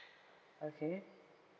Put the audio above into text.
okay